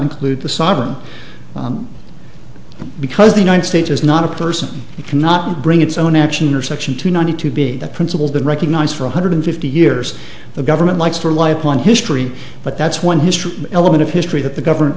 include the sovereign because the united states is not a person it cannot bring its own action or section two ninety two be that principled and recognize for one hundred fifty years the government likes for life on history but that's one history element of history that the government